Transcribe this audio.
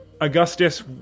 Augustus